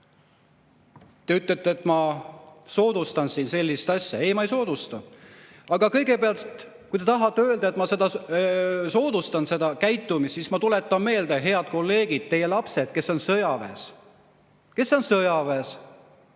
ütlete, et ma soodustan siin sellist asja. Ei, ma ei soodusta! Aga kõigepealt, kui te tahate öelda, et ma soodustan seda käitumist, siis ma tuletan meelde, head kolleegid, kelle lapsed on sõjaväes, et neile